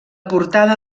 portada